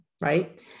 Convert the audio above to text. right